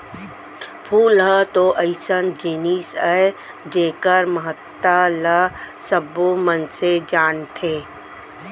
फूल ह तो अइसन जिनिस अय जेकर महत्ता ल सबो मनसे जानथें